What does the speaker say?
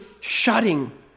shutting